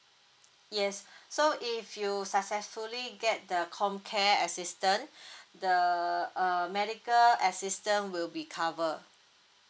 yes so if you successfully get the comcare assistance the uh medical assistance will be covered